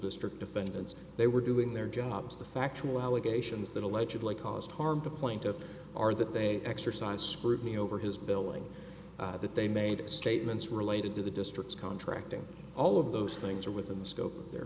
district defendants they were doing their jobs the factual allegations that allegedly caused harm to the plaintiffs are that they exercise scrutiny over his billing that they made statements related to the district's contracting all of those things are within the scope of their